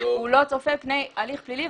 הוא לא צופה פני הליך פלילי,